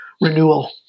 renewal